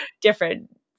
different